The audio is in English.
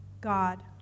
God